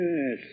Yes